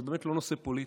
זה באמת לא נושא פוליטי.